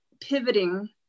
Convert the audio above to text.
pivoting